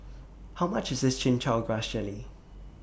How much IS Chin Chow Grass Jelly